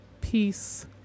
peace